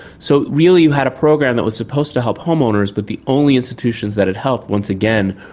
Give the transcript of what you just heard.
so really you had a program that was supposed to help homeowners, but the only institutions that it helped, once again,